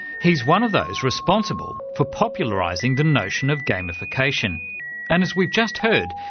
he's one of those responsible for popularising the notion of gamification and as we've just heard,